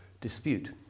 dispute